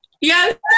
Yes